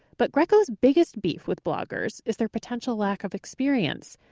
but grieco's biggest beef with bloggers is their potential lack of experience.